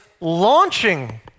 launching